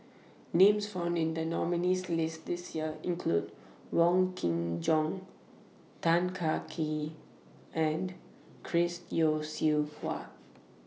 Names found in The nominees' list This Year include Wong Kin Jong Tan Kah Kee and Chris Yeo Siew Hua